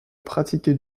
pratiquer